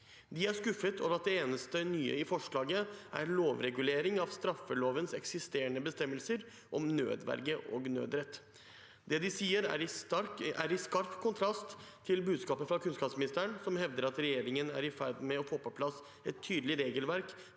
De er skuffet over at det eneste nye i forslaget er lovregulering av straffelovens eksisterende bestemmelser om nødverge og nødrett. Det de sier, står i skarp kontrast til budskapet fra kunnskapsministeren, som hevder at regjeringen er i ferd med å få på plass et tydelig regelverk